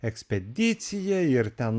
ekspedicija ir ten